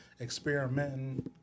experimenting